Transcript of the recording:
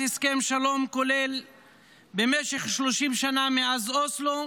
הסכם שלום כולל במשך 30 שנה מאז אוסלו,